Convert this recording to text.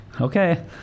Okay